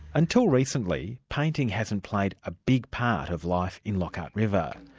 until recently, painting hasn't played a big part of life in lockhart river.